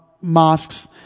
mosques